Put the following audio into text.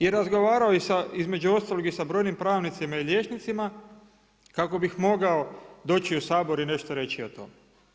I razgovarao i sa, između ostalog i sa brojnim pravnicima i liječnicima kako bih mogao doći u Sabor i nešto reći o tome.